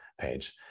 page